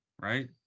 right